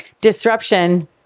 Disruption